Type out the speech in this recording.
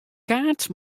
kaart